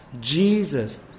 Jesus